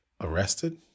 arrested